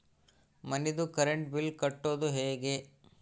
ಮನಿದು current bill ಕಟ್ಟೊದು ಹೇಗೆ?